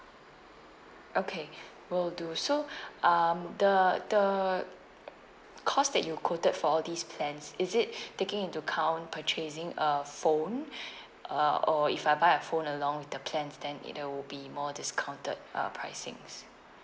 okay will do so um the the cost that you quoted for all these plans is it taking into account purchasing a phone uh or if I buy a phone along with the plans then it will be more discounted uh pricings